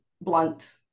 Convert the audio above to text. blunt